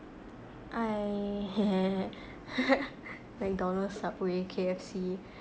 I McDonalds Subway K_F_C